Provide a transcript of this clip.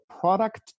product